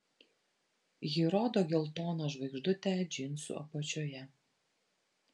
ji rodo geltoną žvaigždutę džinsų apačioje